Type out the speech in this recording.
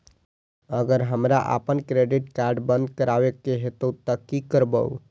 अगर हमरा आपन क्रेडिट कार्ड बंद करै के हेतै त की करबै?